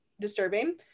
disturbing